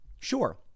Sure